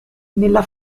nella